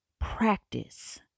practice